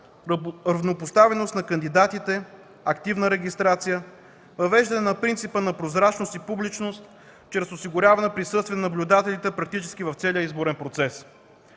равнопоставеност на кандидатите, активна регистрация, въвеждане на принципа на прозрачност и публичност чрез осигуряване присъствието на наблюдателите практически в целия изборен процес.